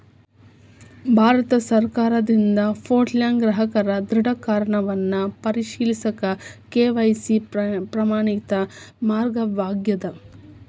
ಭಾರತ ಸರ್ಕಾರದಿಂದ ಪೋರ್ಟಲ್ನ್ಯಾಗ ಗ್ರಾಹಕರ ದೃಢೇಕರಣವನ್ನ ಪರಿಶೇಲಿಸಕ ಕೆ.ವಾಯ್.ಸಿ ಪ್ರಮಾಣಿತ ಮಾರ್ಗವಾಗ್ಯದ